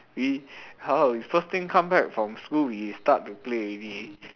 we 还好 we first thing come back from school we start to play already eh